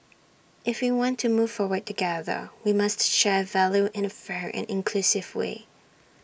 if we want to move forward together we must share value in A fair and inclusive way